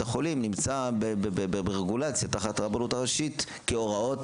החולים נמצא ברגולציה תחת הרבנות הראשית כהוראות,